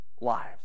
lives